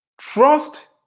trust